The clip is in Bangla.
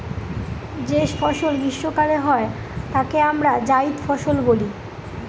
যে ফসল গ্রীস্মকালে হয় তাকে আমরা জাইদ ফসল বলি